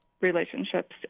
relationships